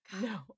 No